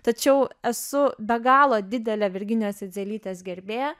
tačiau esu be galo didelė virginijos idzelytės gerbėja